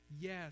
Yes